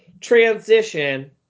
Transition